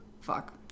Fuck